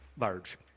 Large